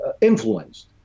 influenced